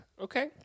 Okay